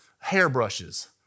hairbrushes